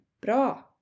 Bra